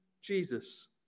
Jesus